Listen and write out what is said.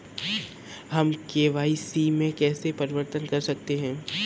हम के.वाई.सी में कैसे परिवर्तन कर सकते हैं?